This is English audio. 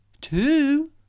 two